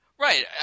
Right